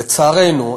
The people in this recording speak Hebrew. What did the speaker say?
לצערנו,